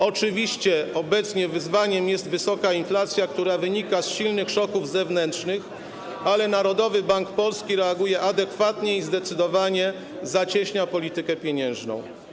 Oczywiście obecnie wyzwaniem jest wysoka inflacja, która wynika z silnych szoków zewnętrznych, ale Narodowy Bank Polski reaguje adekwatnie i zdecydowanie zacieśnia politykę pieniężną.